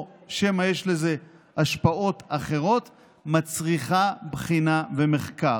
או שמא יש לזה השפעות אחרות וזה מצריך בחינה ומחקר.